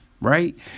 right